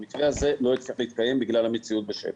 המתווה הזה לא הצליח להתקיים בגלל המציאות בשטח.